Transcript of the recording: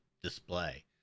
Display